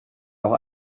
noch